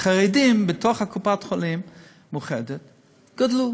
מספר החרדים בתוך קופת-חולים מאוחדת גדל.